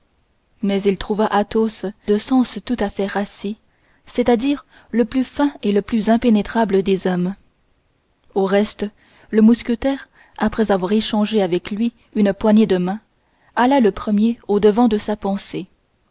mais il trouva athos de sens tout à fait rassis c'est-à-dire le plus fin et le plus impénétrable des hommes au reste le mousquetaire après avoir échangé avec lui une poignée de main alla le premier au-devant de sa pensée